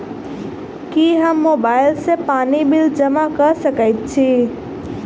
की हम मोबाइल सँ पानि बिल जमा कऽ सकैत छी?